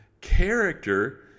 character